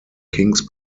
kings